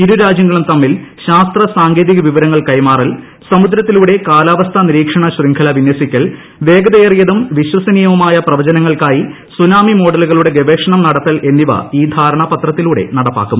ഇരു രാജ്യങ്ങളും തമ്മിൽ ശാസ്ത്ര സാങ്കേതിക വിവരങ്ങൾ കൈമാറൽ സമുദ്രത്തിലൂടെ കാലാവസ്ഥാ നിരീക്ഷണ ശൃംഖല വിനൃസിക്കൽ വേഗതയേറിയതും വിശ്വസനീയവുമായ പ്രവചനങ്ങൾക്കായി സുനാമി മോഡലുകളുടെ ഗവേഷണം നടത്തൽ എന്നിവ ഈ ധാരണാപത്രത്തിലൂടെ നടപ്പാക്കും